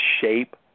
shape